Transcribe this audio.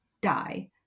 die